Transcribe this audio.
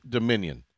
Dominion